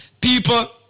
people